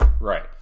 Right